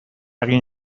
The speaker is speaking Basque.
egin